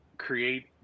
create